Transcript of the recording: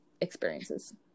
experiences